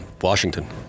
Washington